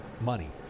money